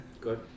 Good